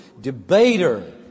Debater